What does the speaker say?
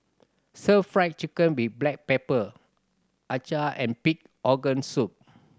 Stir Fried Chicken with black pepper acar and pig organ soup